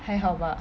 还好吧